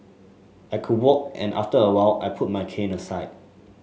I could walk and after a while I put my cane aside